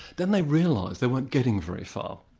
then they realised they weren't getting very far.